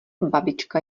babička